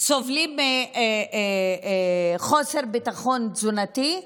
סובלים מחוסר ביטחון תזונתי,